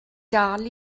dal